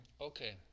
Okay